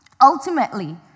Ultimately